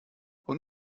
und